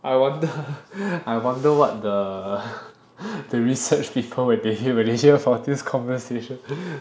I wonder I wonder what the the research people when they hear when they hear for this conversation